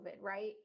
right